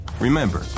Remember